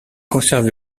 conservée